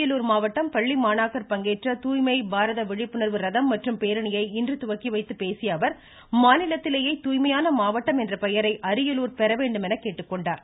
அரியலூர் மாவட்டத்தில் பள்ளி மாணாக்கர் பங்கேற்ற துாய்மை பாரத விழிப்புணர்வு ரதம் மற்றும் பேரணியை இன்று துவக்கி வைத்து பேசிய அவர் மாநிலத்திலேயே தூய்மையான மாவட்டம் என்ற பெயரை அரியலூர் பெற வேண்டும் என்று கேட்டுக்கொண்டார்